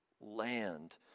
land